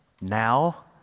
now